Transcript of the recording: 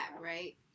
right